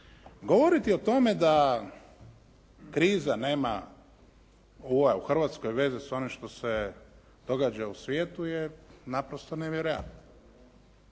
Govoriti o tome da kriza nema ova u Hrvatskoj veze s onim što se događa u svijetu je naprosto nevjerojatno.